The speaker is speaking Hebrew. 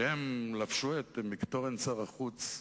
כשהם לבשו את מקטורן שר החוץ,